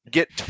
get